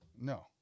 No